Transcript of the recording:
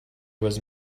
was